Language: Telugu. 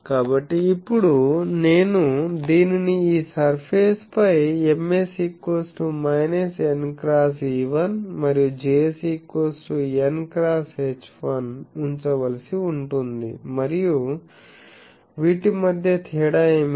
కాబట్టి ఇప్పుడు నేను దీనిని ఈ సర్ఫేస్ పై Ms n X E1 మరియు Js nX H1 ఉంచవలసి ఉంటుంది మరియు వీటి మధ్య తేడా ఏమిటి